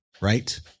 right